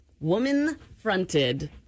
woman-fronted